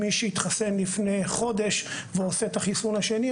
מי שהתחסן לפני חודש ועושה את החיסון השני,